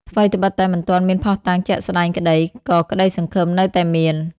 ថ្វីត្បិតតែមិនទាន់មានភស្តុតាងជាក់ស្តែងក្តី ក៏ក្តីសង្ឃឹមនៅតែមាន។